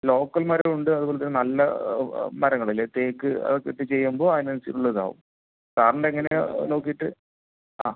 local മരമുണ്ട് അതുപോലെ തന്നെ നല്ല മരങ്ങളില്ലേ തേക്ക് അതൊക്കെ ഇട്ട് ചെയ്യുമ്പോൾ അതിനനുസരിച്ചുള്ള ഇതാകും സാറിനെങ്ങനെയാ നോക്കിയിട്ട് ആ